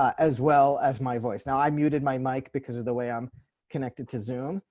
as well as my voice. now i muted my mic because of the way i'm connected to zoom,